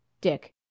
Dick